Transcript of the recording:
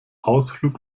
ausflug